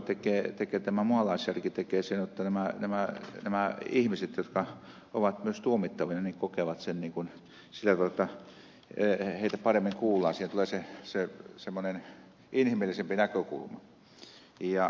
sitten toisaalta tämä mualaisjärki tekee sen jotta myös nämä ihmiset jotka ovat tuomittavina kokevat sen sillä tavalla jotta heitä paremmin kuullaan siihen tulee semmoinen inhimillisempi näkökulma